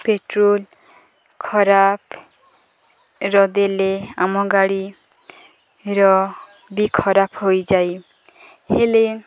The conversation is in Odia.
ପେଟ୍ରୋଲ ଖରାପର ଦେଲେ ଆମ ଗାଡ଼ିର ବି ଖରାପ ହୋଇଯାଏ ହେଲେ